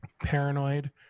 paranoid